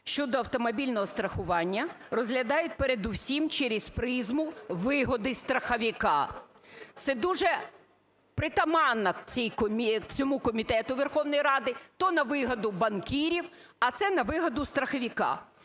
щодо автомобільного страхування, розглядають передусім через призму вигоди страховика. Це дуже притаманно цьому комітету Верховної Ради: то на вигоду банкірів, а це на вигоду страховика.